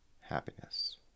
happiness